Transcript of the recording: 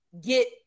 get